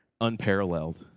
unparalleled